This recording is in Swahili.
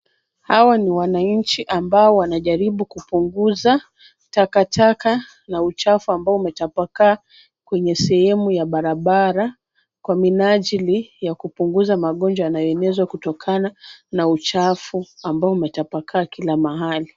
Hawa ni wananchi ambao wanajaribu kupunguza takataka na uchafu ambao umetapakaa kwenye sehemu ya barabara, kwa minajili ya kupunguza magonjwa yanayoenezwa kutokana na uchafu ambao umetapakaa kila mahali.